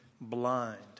blind